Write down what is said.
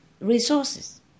resources